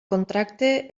contracte